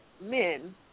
men